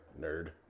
Nerd